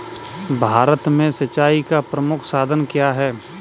भारत में सिंचाई का प्रमुख साधन क्या है?